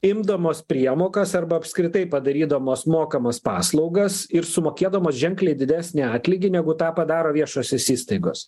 imdamos priemokas arba apskritai padarydamos mokamas paslaugas ir sumokėdamos ženkliai didesnį atlygį negu tą padaro viešosios įstaigos